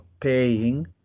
paying